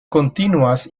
continuas